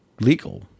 legal